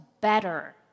better